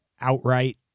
outright